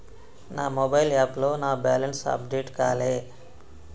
నా మొబైల్ యాప్లో నా బ్యాలెన్స్ అప్డేట్ కాలే